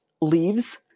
leaves